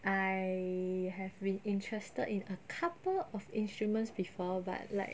I have been interested in a couple of instruments before but like